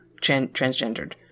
transgendered